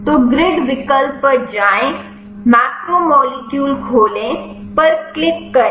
तो ग्रिड विकल्प पर जाएं मैक्रोमोलेक्यूल खोले पर क्लिक करें